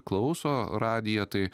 klauso radiją tai